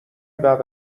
بعد